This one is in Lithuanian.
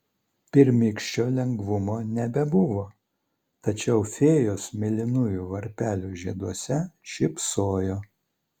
pirmykščio lengvumo nebebuvo tačiau fėjos mėlynųjų varpelių žieduose šypsojo